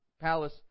palace